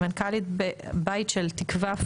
מנכ"לית בית של תקווה,